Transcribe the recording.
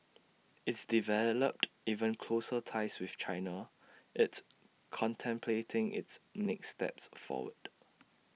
it's developed even closer ties with China it's contemplating its next steps forward